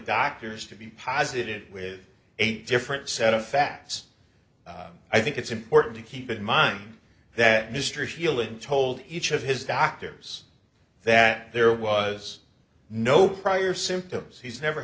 doctors to be positive with eight different set of facts i think it's important to keep in mind that mr schilling told each of his doctors that there was no prior symptoms he's never